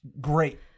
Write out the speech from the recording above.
great